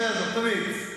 לא יעזור, תמיד.